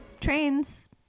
trains